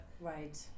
Right